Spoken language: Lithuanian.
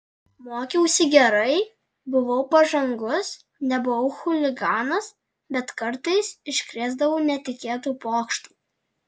mokiausi gerai buvau pažangus nebuvau chuliganas bet kartais iškrėsdavau netikėtų pokštų